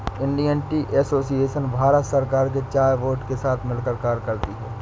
Indian tea association Bharat सरकार के चाय बोर्ड के साथ मिलकर कार्य करती है